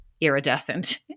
iridescent